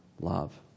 love